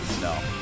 No